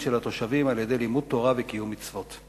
של התושבים על-ידי לימוד תורה וקיום מצוות.